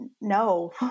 no